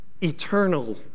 eternal